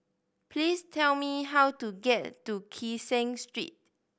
please tell me how to get to Kee Seng Street